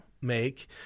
make